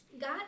God